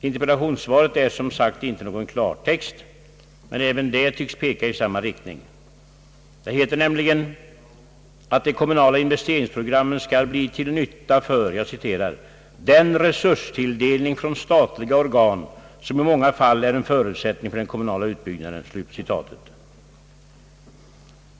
Interpellationssvaret är som sagt inte någon klartext — men även det tycks peka i samma riktning. Det heter nämligen att de kommunala investeringsprogrammen skall bli till nytta för »den resurstilldelning från statliga organ, som i många fall är en förutsättning för den kommunala utbyggnaden».